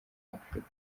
afurika